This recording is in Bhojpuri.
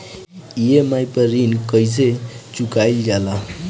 ई.एम.आई पर ऋण कईसे चुकाईल जाला?